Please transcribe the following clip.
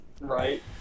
Right